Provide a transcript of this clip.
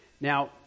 Now